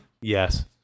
Yes